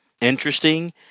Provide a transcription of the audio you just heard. interesting